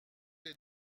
est